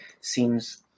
seems